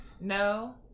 No